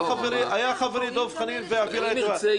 אם ירצה ייתן.